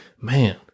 man